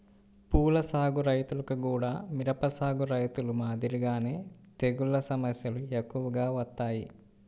పూల సాగు రైతులకు గూడా మిరప సాగు రైతులు మాదిరిగానే తెగుల్ల సమస్యలు ఎక్కువగా వత్తాయి